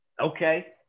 Okay